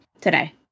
today